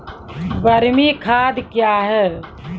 बरमी खाद कया हैं?